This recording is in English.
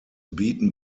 beaten